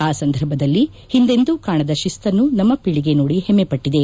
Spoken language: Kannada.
ಆ ಸಂದರ್ಭದಲ್ಲಿ ಹಿಂದೆಂದು ಕಾಣದ ಶಿಸ್ತನ್ನು ನಮ್ಮ ಪೀಳಿಗೆ ನೋಡಿ ಹೆಮ್ಮೆಪಟ್ಟಿದೆ